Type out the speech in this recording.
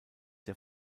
der